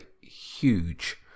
huge